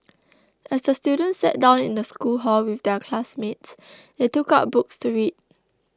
as the students sat down in the school hall with their classmates they took out books to read